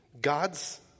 God's